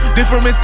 Different